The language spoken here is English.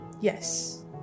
Yes